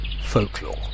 Folklore